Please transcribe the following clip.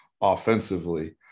offensively